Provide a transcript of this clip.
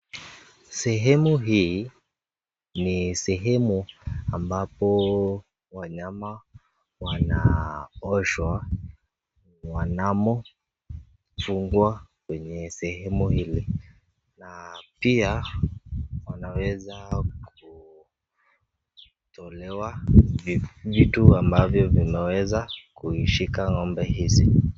Sehemu hii ni sehemu ambapo wanyama wanaoshwa wanamofungwa kwenye sehemu hili. Na pia wanaweza kutolewa vitu ambavyo vimeweza kuishika ng'ombe hizi.